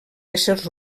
éssers